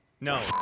No